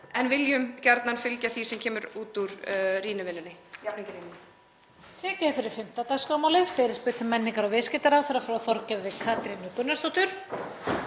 en viljum gjarnan fylgja því sem kemur út úr rýnivinnunni,